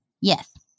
Yes